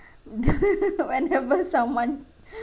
whenever someone